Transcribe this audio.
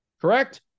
correct